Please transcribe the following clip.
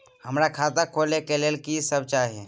हमरा खाता खोले के लेल की सब चाही?